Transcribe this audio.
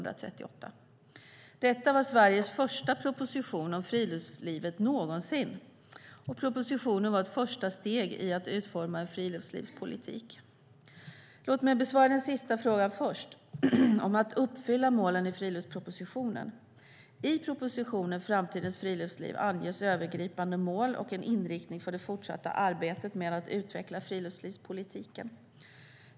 Detta var Sveriges första proposition om friluftslivet någonsin. Propositionen var ett första steg i att utforma en friluftslivspolitik. Låt mig besvara den sista frågan först, om att uppfylla målen i friluftspropositionen. I propositionen Framtidens friluftsliv anges övergripande mål och en inriktning för det fortsatta arbetet med att utveckla friluftslivspolitiken.